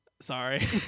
Sorry